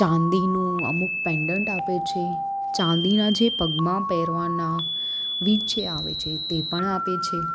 ચાંદીનું અમુક પેન્ડન્ટ આપે છે ચાંદીના જે પગમાં પહેરવાના વીંછીયા આવે છે તે પણ આપે છે